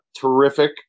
terrific